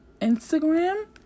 Instagram